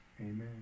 Amen